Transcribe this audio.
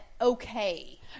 okay